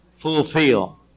fulfill